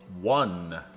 One